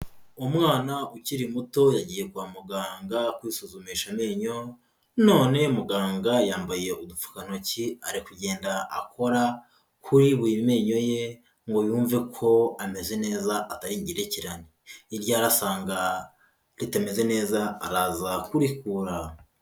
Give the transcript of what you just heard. Umwana ukiri muto yagiye kwa muganga kwisuzumisha amenyo, none muganga yambaye udupfukantoki ari kugenda akora kuri buri menyo ye ngo yumve ko ameze neza atayigerekerane iryo arasanga ritameze neza araza kurikura.